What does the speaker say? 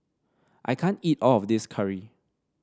I can't eat all of this curry